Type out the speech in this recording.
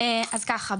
אז ככה,